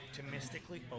Optimistically